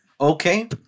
Okay